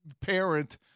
parent